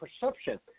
perception